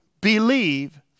believe